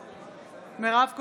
בהצבעה מירב כהן,